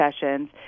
sessions